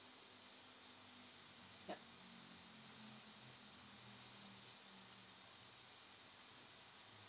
yup